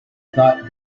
thought